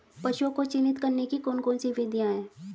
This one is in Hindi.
पशुओं को चिन्हित करने की कौन कौन सी विधियां हैं?